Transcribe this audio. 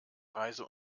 reise